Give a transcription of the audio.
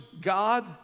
God